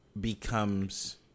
becomes